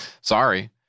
Sorry